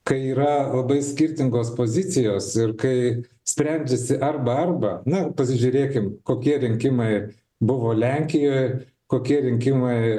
kai yra labai skirtingos pozicijos ir kai sprendžiasi arba arba na pasižiūrėkim kokie rinkimai buvo lenkijoj kokie rinkimai